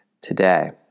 today